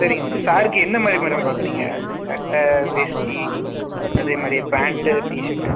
சரிங்க மேடம் சாருக்கு எந்த மாரி மேடம் பார்க்குறீங்க சட்டை வேஷ்டி அதேமாதிரி பேண்ட்டு டீஷர்ட்டு